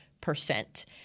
percent